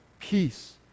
peace